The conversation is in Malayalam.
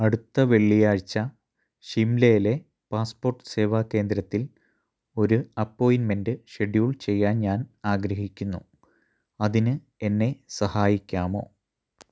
അടുത്ത വെള്ളിയാഴ്ച ഷിംലയിലെ പാസ്പോർട്ട് സേവാ കേന്ദ്രത്തിൽ ഒരു അപ്പോയിൻ്റ് മെൻ്റ് ഷെഡ്യൂൾ ചെയ്യാൻ ഞാൻ ആഗ്രഹിക്കുന്നു അതിന് എന്നെ സഹായിക്കാമോ